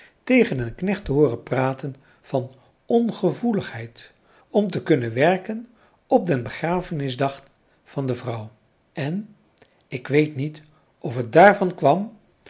tegen den knecht te hooren praten van ongevoeligheid om te kunnen werken op den begrafenisdag van de vrouw en ik weet niet of het dààrvan kwam